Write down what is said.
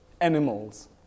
animals